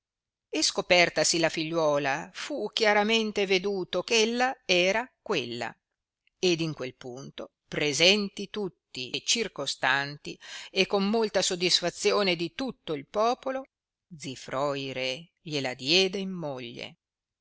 e scopertasi la figliuola fu chiaramente veduto eh ella era quella ed in quel punto presenti tutti e circostanti e con molta sodisfazione di tutto il popolo zifroi re glie la diede in moglie